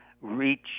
reach